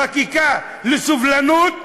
חקיקה על סובלנות?